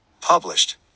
Published